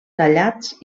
tallats